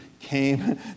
came